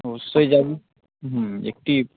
অবশ্যই যাব হুম একটি